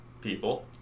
people